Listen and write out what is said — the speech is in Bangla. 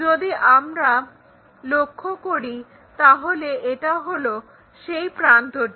যদি আমরা লক্ষ্য করি তাহলে এটা হলো সেই প্রান্তটি